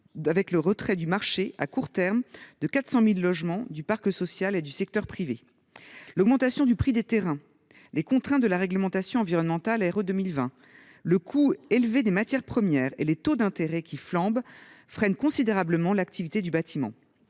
liée au retrait du marché, à court terme, de 400 000 logements du parc social et du secteur privé. L’augmentation du prix des terrains, les contraintes de la réglementation environnementale RE2020, le coût élevé des matières premières et les taux d’intérêt qui flambent freinent considérablement l’activité du bâtiment.